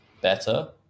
better